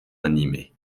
animé